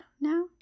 now